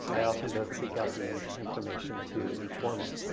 i often don't seek out the and information to inform it.